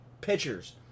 pitchers